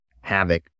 havoc